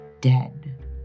dead